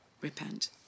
repent